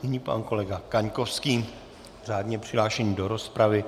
Nyní pan kolega Kaňkovský, řádně přihlášený do rozpravy.